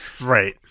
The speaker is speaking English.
Right